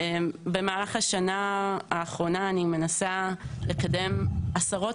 במהלך השנה האחרונה אני מנסה לקדם עשרות